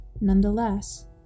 nonetheless